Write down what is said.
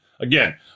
Again